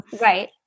Right